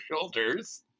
shoulders